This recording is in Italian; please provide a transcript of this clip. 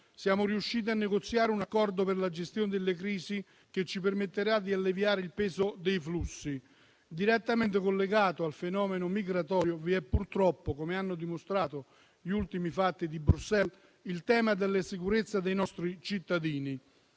siamo riusciti a negoziare un accordo per la gestione delle crisi che ci permetterà di alleviare il peso dei flussi. Direttamente collegato al fenomeno migratorio, vi è purtroppo, come hanno dimostrato gli ultimi fatti di Bruxelles, il tema della sicurezza dei nostri cittadini.